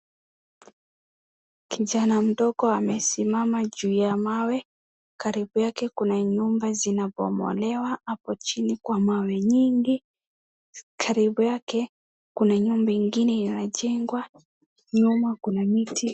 Kijana mdogo amesimama juu ya mawe. Karibu yake kuna nyumba zinabomolewa hapo chini kwa mawe nyingi. Karibu yake kuna nyumba ingine inajengwa, nyuma kuna miti.